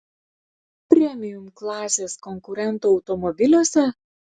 premium klasės konkurentų automobiliuose